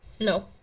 no